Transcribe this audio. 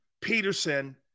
Peterson